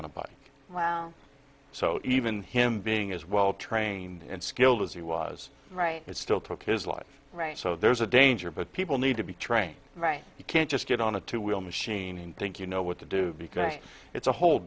on a bike well so even him being as well trained and skilled as he was right it still took his life right so there's a danger but people need to be trained right you can't just get on a two wheel machine and think you know what to do because it's a whole